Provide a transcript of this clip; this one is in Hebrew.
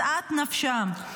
משאת נפשם.